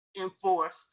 enforced